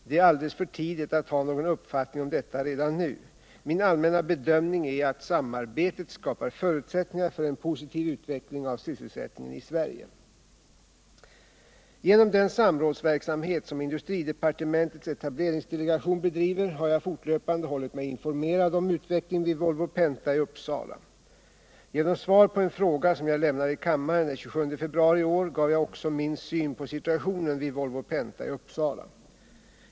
Det är alldeles för tidigt att ha någon uppfattning om detta redan nu. Min allmänna bedömning är att samarbetet skapar förutsättningar för en positiv utveckling av sysselsättningen i Sverige. Genom den samrådsverksamhet som industridepartementets etableringsdelegation bedriver har jag fortlöpande hållit mig informerad om utvecklingen vid Volvo Penta i Uppsala. Genom svar på en fråga som jag lämnade i kammaren den 27 februari i år gav jag också min syn på situationen vid Volvo Penta i Uppsala.